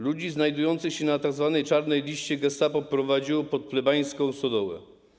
Ludzi znajdujących się na tzw. czarnej liście gestapo prowadziło pod plebańską stodołę.